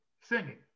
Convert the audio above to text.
Singing